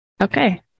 Okay